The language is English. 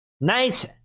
Nice